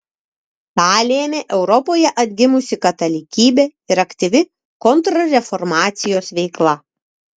tą lėmė europoje atgimusi katalikybė ir aktyvi kontrreformacijos veikla